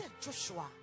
Joshua